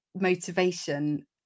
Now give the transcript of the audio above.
motivation